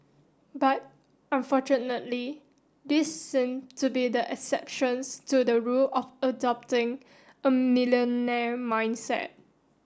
but unfortunately these seem to be the exceptions to the rule of adopting a millionaire mindset